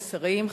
השרים,